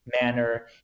manner